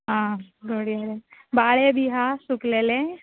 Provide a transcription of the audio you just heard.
आं धोडयारे बाळे बी हां सुकलेले